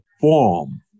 form